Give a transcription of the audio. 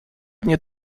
dnie